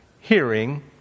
hearing